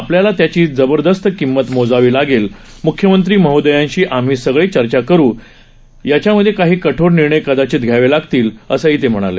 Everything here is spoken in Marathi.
आपल्याला त्याची जबरदस्त किंमत मोजावी लागेल मुख्यमंत्री महोदयांशी आम्ही सगळे चर्चा करू त्याच्यामध्ये काही कठोर निर्णय कदाचित घ्यावे लागतील असं ते म्हणाले